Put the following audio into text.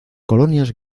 colonias